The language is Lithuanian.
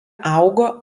augo